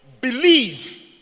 believe